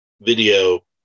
video